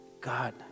God